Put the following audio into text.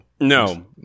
No